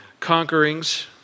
conquerings